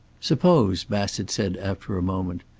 suppose, bassett said after a moment,